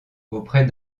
auprès